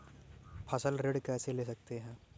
फसल ऋण कैसे ले सकते हैं?